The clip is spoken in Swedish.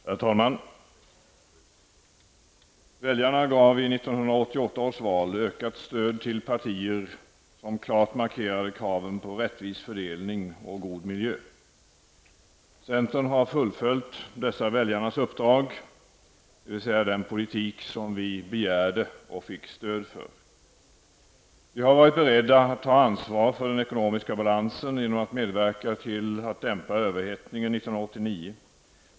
Herr talman! Väljarna gav i 1988 års val ökat stöd till partier som klart markerade kraven på rättvis fördelning och god miljö. Centern har fullföljt dessa väljarnas uppdrag, d.v.s. den politik som vi begärde och fick stöd för. Vi har varit beredda att ta ansvar för den ekonomiska balansen genom att medverka till att dämpa överhettningen 1989.